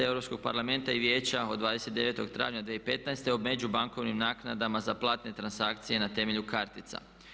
Europskog parlamenta i vijeća od 29.travnja 2015.o međubankovnim naknadama za platne transakcije na temelju kartica.